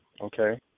Okay